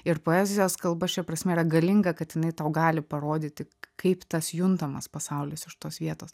ir poezijos kalba šia prasme yra galinga kad jinai tau gali parodyti kaip tas juntamas pasaulis iš tos vietos